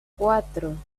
cuatro